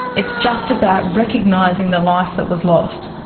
it's just about recognising the life that was lost.